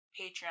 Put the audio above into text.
Patreon